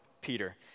Peter